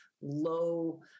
low